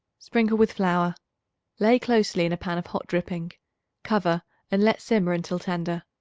sprinkle with flour lay closely in a pan of hot dripping cover and let simmer until tender.